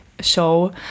show